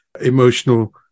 emotional